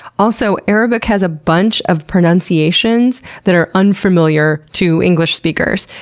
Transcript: also, arabic has a bunch of pronunciations that are unfamiliar to english speakers.